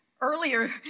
earlier